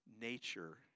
nature